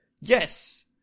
Yes